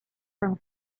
from